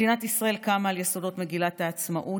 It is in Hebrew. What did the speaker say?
מדינת ישראל קמה על יסודות מגילת העצמאות,